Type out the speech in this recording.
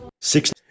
Six